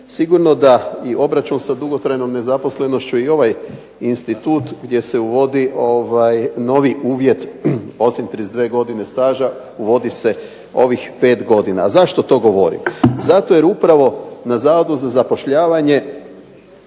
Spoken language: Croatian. Sigurno da i obračun sa dugotrajnom nezaposlenošću i ovaj institut gdje se uvodi novi uvjet osim 32 godine staža uvodi se ovih 5 godina. A zašto to govorim? Zato jer upravo na Zavodu za zapošljavanje